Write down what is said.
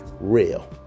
real